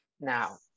Now